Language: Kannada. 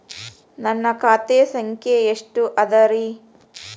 ನನ್ನ ಖಾತೆ ಸಂಖ್ಯೆ ಎಷ್ಟ ಅದರಿ?